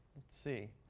let's see.